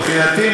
מבחינתי,